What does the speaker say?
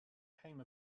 came